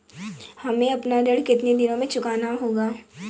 हमें अपना ऋण कितनी दिनों में चुकाना होगा?